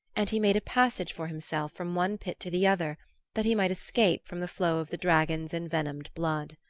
and he made a passage for himself from one pit to the other that he might escape from the flow of the dragon's envenomed blood.